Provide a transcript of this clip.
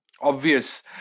obvious